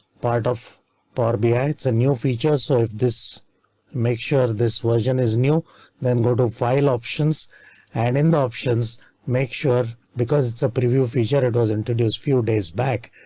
part of barbie. it's a new feature, so if this make sure this version is new then go to file options and in the options make sure because it's a preview feature, it was introduced few days back.